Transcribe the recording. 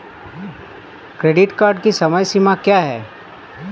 Credit card की समय सीमा क्या है?